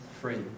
free